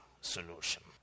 solution